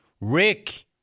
Rick